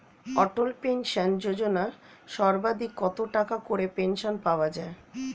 অটল pension Yojana সর্বাধিক কত টাকা করে পেনশন পাওয়া যায়?